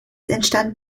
entstand